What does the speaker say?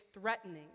threatening